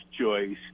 choice